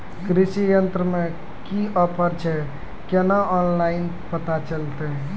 कृषि यंत्र मे की ऑफर छै केना ऑनलाइन पता चलतै?